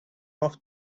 off